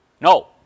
No